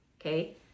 okay